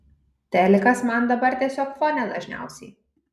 telikas man dabar tiesiog fone dažniausiai